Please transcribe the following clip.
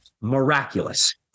Miraculous